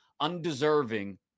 undeserving